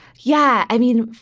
yeah i mean,